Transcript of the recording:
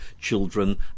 children